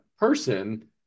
person